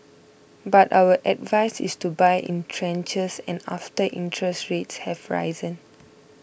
but our advice is to buy in tranches and after interest rates have risen